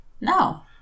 No